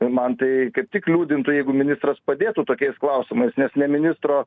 man tai kaip tik liūdintų jeigu ministras padėtų tokiais klausimais nes ne ministro